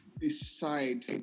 decide